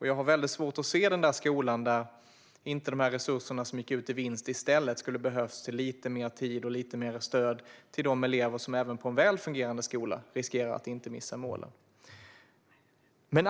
Jag har svårt att se den skola där de resurser som går ut i vinst inte bättre skulle behövas till lite mer tid och stöd till de elever som även på en väl fungerande skola riskerar att missa målen.